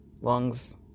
lungs